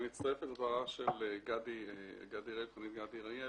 אני מצטרף לדבריו של קברניט גדי אריאל,